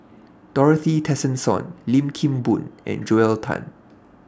Dorothy Tessensohn Lim Kim Boon and Joel Tan